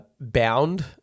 Bound